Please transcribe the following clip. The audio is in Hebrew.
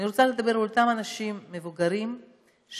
אני רוצה לדבר על אותם אנשים מבוגרים שעוברים